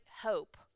hope